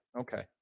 Okay